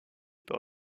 par